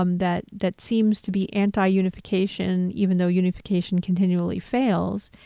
um that that seems to be anti unification, even though unification continually fails,